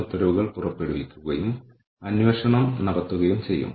ഉദാഹരണത്തിന് നമ്മൾക്ക് ഇവിടെ ഐഐടിയിൽ എന്റർപ്രൈസ് റിസോഴ്സ് പ്ലാനിംഗ് ഉണ്ട്